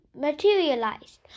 materialized